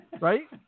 Right